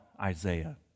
Isaiah